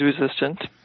resistant